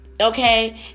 Okay